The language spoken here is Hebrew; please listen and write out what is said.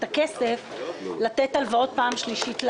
הכסף לתת הלוואות למפלגות בפעם השלישית.